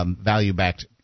value-backed